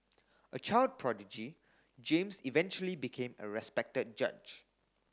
a child prodigy James eventually became a respected judge